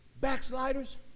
backsliders